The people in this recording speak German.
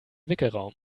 wickelraum